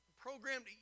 programmed